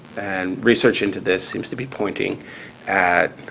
and research into this seems to be pointing at